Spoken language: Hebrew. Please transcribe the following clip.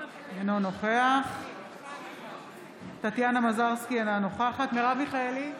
אינו נוכח טטיאנה מזרסקי, אינה נוכחת מרב מיכאלי,